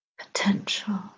potential